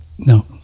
no